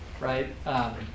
right